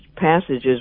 passages